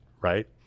right